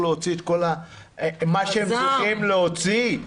להוציא את כל מה שהם צריכים להוציא.